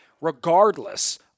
regardless